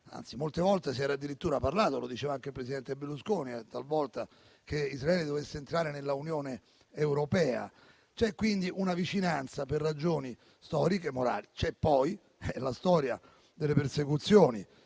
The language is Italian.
anzi, molte volte si è addirittura sostenuto - lo diceva anche il presidente Berlusconi talvolta - che Israele dovesse entrare nell'Unione europea. C'è quindi una vicinanza per ragioni storiche e morali. C'è poi la storia delle persecuzioni